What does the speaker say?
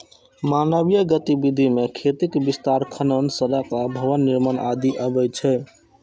मानवीय गतिविधि मे खेतीक विस्तार, खनन, सड़क आ भवन निर्माण आदि अबै छै